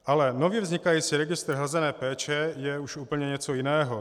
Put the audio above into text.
Ale nově vznikající registr hrazené péče je už úplně něco jiného.